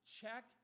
check